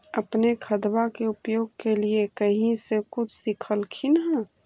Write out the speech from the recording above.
अपने खादबा के उपयोग के लीये कही से कुछ सिखलखिन हाँ?